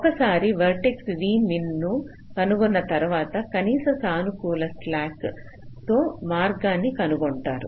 ఒకసారి vertex v min ను కనుగొన్న తర్వాత కనీస సానుకూల స్లాక్ తో మార్గాన్ని కనుగొంటారు